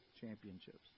championships